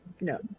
No